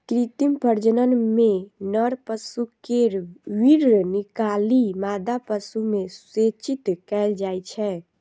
कृत्रिम प्रजनन मे नर पशु केर वीर्य निकालि मादा पशु मे सेचित कैल जाइ छै